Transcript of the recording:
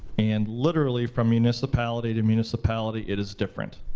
and literally from municipality to municipality it is different.